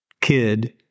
kid